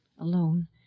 alone